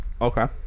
Okay